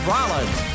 Rollins